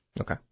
Okay